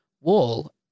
wall